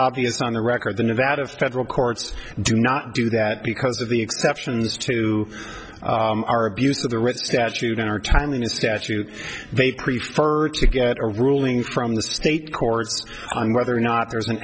obvious on the record the nevada federal courts do not do that because of the exceptions to our abuse of the statute in our time in statute they prefer to get a ruling from the state courts on whether or not there's an